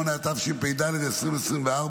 38), התשפ"ד 2024,